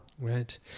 Right